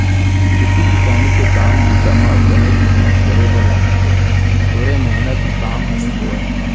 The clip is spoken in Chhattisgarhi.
खेती किसानी के काम बूता म बनेच मेहनत करे बर लागथे थोरे मेहनत म काम ह नइ होवय